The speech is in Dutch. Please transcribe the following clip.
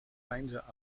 peinzen